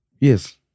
Yes